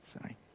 sorry